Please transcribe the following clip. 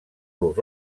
los